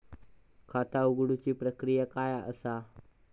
खाता उघडुची प्रक्रिया काय असा?